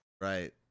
right